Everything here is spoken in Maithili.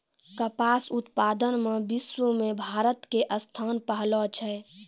कपास उत्पादन मॅ विश्व मॅ भारत के स्थान पहलो छै